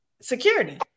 security